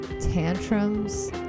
tantrums